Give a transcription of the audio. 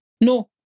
no